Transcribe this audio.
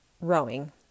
rowing